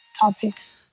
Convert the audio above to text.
topics